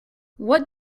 what